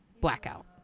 Blackout